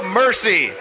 mercy